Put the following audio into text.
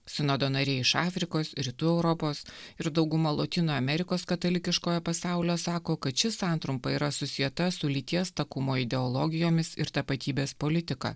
sinodo nariai iš afrikos rytų europos ir dauguma lotynų amerikos katalikiškojo pasaulio sako kad ši santrumpa yra susieta su lyties takumo ideologijomis ir tapatybės politika